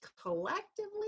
collectively